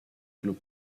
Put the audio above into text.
club